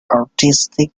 artistic